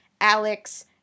Alex